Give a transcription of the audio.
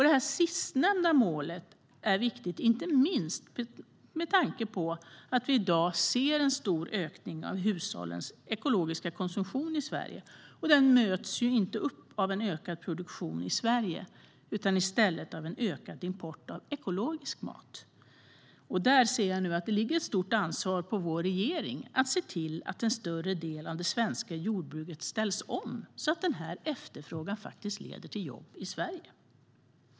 Det sistnämnda målet är viktigt inte minst med tanke på att vi i dag ser en stor ökning av hushållens ekologiska konsumtion i Sverige. Den möts inte upp av en ökad produktion i Sverige utan i stället en ökad import av ekologisk mat. Där ligger det nu ett stort ansvar på vår regering att se till att en större del av det svenska jordbruket ställs om så att den här efterfrågan leder till jobb i Sverige.